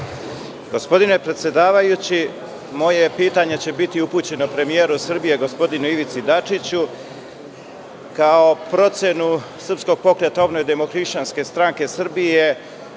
Gospodine predsedavajući, moje pitanje će biti upućeno premijeru Srbije, gospodinu Ivici Dačiću, kao procenu Srpskog pokreta obnove – Demohrišćanske stranke Srbije,